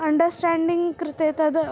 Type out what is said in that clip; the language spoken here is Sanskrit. अण्डर्स्टाण्डिङ्ग् कृते तद्